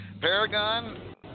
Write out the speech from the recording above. Paragon